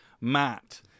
matt